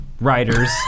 writers